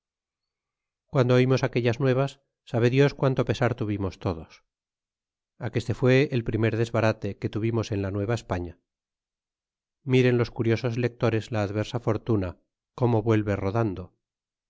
cuando oiroos aquellas nuevas sabe dios cuanto pesar tuvimos todos aqueste fué el primer desbarate que tuvimos en la nneva espazia miren los curiosos lectores la adversa fortuna como vuelve rodando